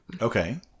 Okay